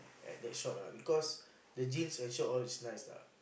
at that shop lah because the jeans at that shop all just nice lah